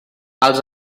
els